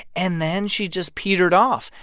and then she just petered off.